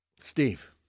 Steve